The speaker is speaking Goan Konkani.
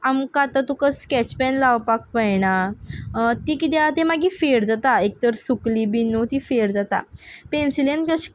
आमकां आतां तुका स्कॅच पॅन लावपाक मेयणा ती किद्या तें मागी फेड जाता एक तर सुकली बीन न्हू ती फेड जाता पेंसिलेन कश